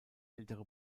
ältere